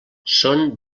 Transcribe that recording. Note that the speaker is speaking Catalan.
són